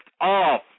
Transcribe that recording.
off